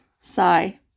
Sigh